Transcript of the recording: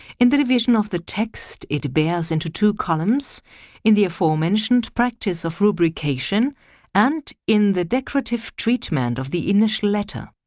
in the revision of the text it bears into two columns in the aforementioned practice of rubrication and in the decorative treatment of the initial letter.